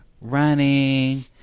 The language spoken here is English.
running